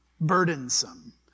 burdensome